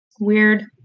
Weird